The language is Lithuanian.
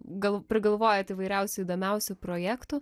gal prigalvojat įvairiausių įdomiausių projektų